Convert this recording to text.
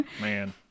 man